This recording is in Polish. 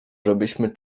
żebyśmy